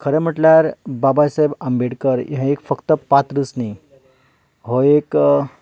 खरें म्हणल्यार बाबा सायब आंबेडकर हे एक फक्त पात्रच न्हय हो एक